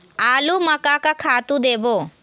आलू म का का खातू देबो?